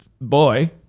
boy